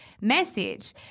message